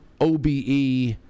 OBE